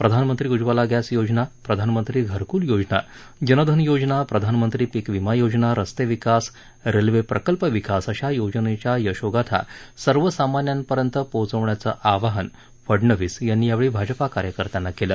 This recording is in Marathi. प्रधानमंत्री उज्ज्वला गॅस योजना प्रधानमंत्री घरकुल योजना जनधन योजना प्रधानमंत्री पीक विमा योजना रस्ते विकास रेल्वे प्रकल्प विकास अशा योजनेच्या यशोगाथा सर्वसामान्यापर्यंत पोचवण्याचं आवाहन फडणवीस यांनी यावेळी भाजपा कार्यकर्त्यांना केलं